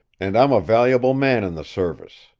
and i'm a valuable man in the service.